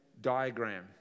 diagram